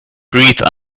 breathe